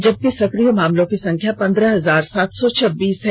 जबकि सक्रिय मामलों की संख्या पंद्रह हजार सात सौ छब्बीस है